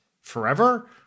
forever